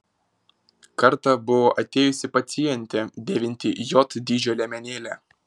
kartą buvo atėjusi pacientė dėvinti j dydžio liemenėlę